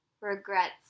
regrets